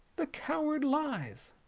the coward lies.